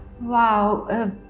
Wow